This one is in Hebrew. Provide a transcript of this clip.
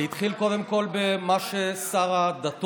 זה התחיל קודם כול במה ששר הדתות,